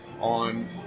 on